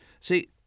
See